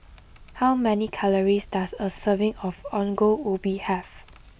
how many calories does a serving of Ongol Ubi have